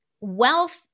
wealth